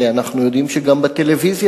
ואנחנו יודעים שגם בטלפון